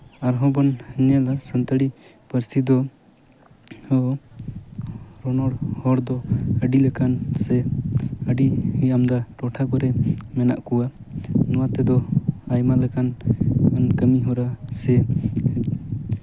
ᱟᱨᱦᱚᱸ ᱵᱚᱱ ᱧᱮᱞᱟ ᱥᱟᱱᱛᱟᱲᱤ ᱯᱟᱹᱨᱥᱤ ᱫᱚ ᱟᱵᱚ ᱨᱚᱨᱚᱲ ᱦᱚᱲ ᱫᱚ ᱟᱹᱰᱤᱞᱮᱠᱟᱱ ᱥᱮ ᱟᱹᱰᱤ ᱟᱢᱫᱟ ᱴᱚᱴᱷᱟ ᱠᱚᱨᱮᱜ ᱢᱮᱱᱟᱜ ᱠᱚᱣᱟ ᱱᱚᱣᱟ ᱛᱮᱫᱚ ᱟᱭᱢᱟ ᱞᱮᱠᱟᱱ ᱠᱟᱹᱢᱤ ᱦᱚᱨᱟ ᱥᱮ